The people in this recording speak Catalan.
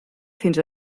fins